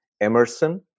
Emerson